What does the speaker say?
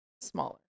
smaller